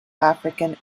african